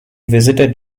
visited